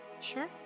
sure